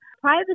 privacy